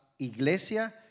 Iglesia